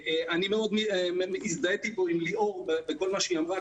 אני מאוד הזדהיתי פה עם ליאור ועם כל מה שהיא אמרה,